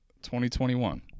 2021